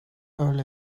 early